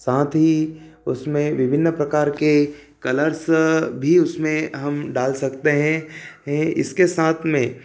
सांथ ही उसमें विभिन्न प्रकार के कलर्स भी उसमें हम डाल सकते हैं हैं इसके साथ में